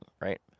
right